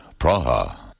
Praha